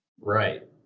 Right